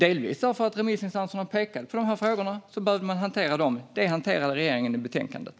Delvis för att remissinstanserna pekade på de här frågorna behövde man hantera dem. Det hanterade regeringen i betänkandet.